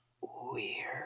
weird